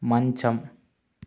మంచం